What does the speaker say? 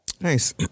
Nice